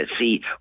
see